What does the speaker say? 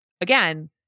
again